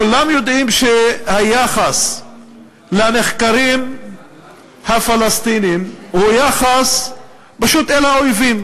כולם יודעים שהיחס לנחקרים הפלסטינים הוא יחס פשוט אל אויבים.